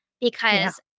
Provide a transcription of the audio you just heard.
because-